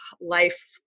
life